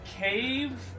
Cave